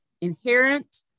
inherent